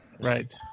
right